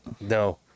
No